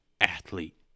athlete